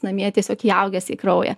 namie tiesiog įaugęs į kraują